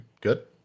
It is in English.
good